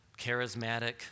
charismatic